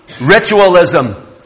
ritualism